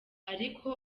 ariko